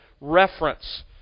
reference